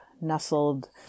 nestled